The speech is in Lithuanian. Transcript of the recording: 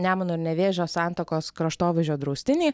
nemuno nevėžio santakos kraštovaizdžio draustinį